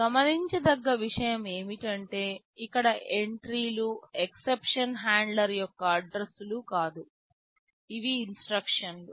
గమనించదగ్గ విషయం ఏమిటంటే ఇక్కడ ఎంట్రీలు ఎక్సెప్షన్ హ్యాండ్లర్యొక్క అడ్రస్సులు కాదు ఇవి ఇన్స్ట్రక్షన్లు